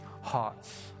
hearts